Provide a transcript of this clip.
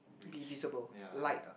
be visible light ah